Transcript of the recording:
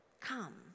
Come